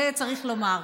את זה צריך לומר.